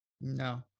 no